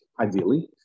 ideally